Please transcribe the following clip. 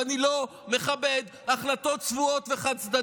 אבל אני לא מכבד ההחלטות צבועות וחד-צדדיות.